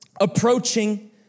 approaching